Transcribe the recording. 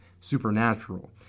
supernatural